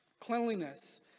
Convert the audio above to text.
cleanliness